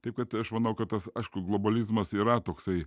taip kad aš manau kad tas aišku globalizmas yra toksai